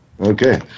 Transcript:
Okay